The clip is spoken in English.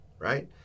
right